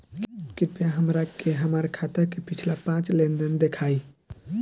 कृपया हमरा के हमार खाता के पिछला पांच लेनदेन देखाईं